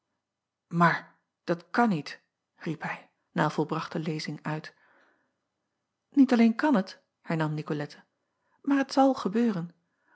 aar dat kan niet riep hij na volbrachte lezing uit iet alleen kan het hernam icolette maar het zal gebeuren